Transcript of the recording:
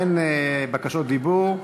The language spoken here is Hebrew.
אין בקשות דיבור.